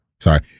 Sorry